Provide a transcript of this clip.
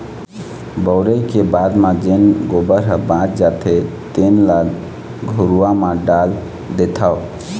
बउरे के बाद म जेन गोबर ह बाच जाथे तेन ल घुरूवा म डाल देथँव